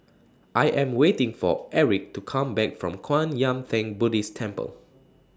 I Am waiting For Aric to Come Back from Kwan Yam Theng Buddhist Temple